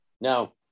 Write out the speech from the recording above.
No